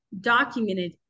documented